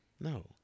no